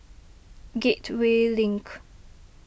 Gateway Link